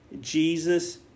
Jesus